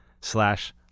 slash